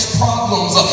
problems